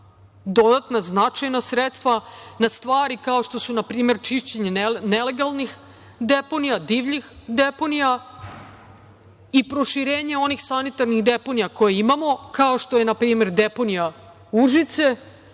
dodatna značajna sredstva na stvari kao što su, na primer, čišćenje nelegalnih deponija, divljih deponija i proširenje onih sanitarnih deponija koje imamo, kao što je, na primer, deponija Užice